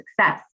success